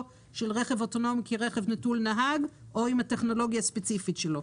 של רכב אוטונומי כרכב נטול נהג או עם הטכנולוגיה הספציפית שלו.